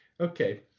Okay